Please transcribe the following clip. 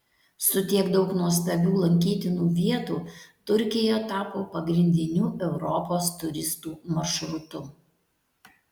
su tiek daug nuostabių lankytinų vietų turkija tapo pagrindiniu europos turistų maršrutu